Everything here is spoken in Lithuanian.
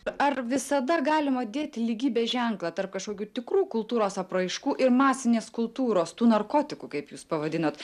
ar visada galima dėti lygybės ženklą tarp kažkokių tikrų kultūros apraiškų ir masinės kultūros tų narkotikų kaip jūs pavadinot